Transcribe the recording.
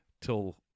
till